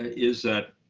is that